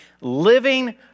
living